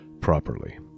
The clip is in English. properly